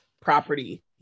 property